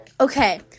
Okay